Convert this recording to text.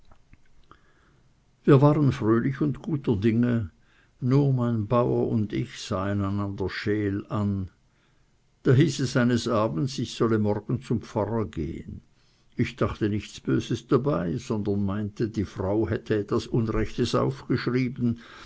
wir waren fröhlich und guter dinge nur mein bauer und ich sahen einander scheel an da hieß es eines abends ich solle morgen zum pfarrer gehen ich dachte nichts böses dabei sondern meinte die frau hätte etwas unrechtes aufgeschrieben